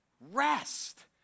Rest